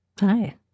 Hi